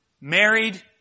married